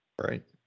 Right